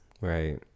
Right